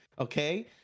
okay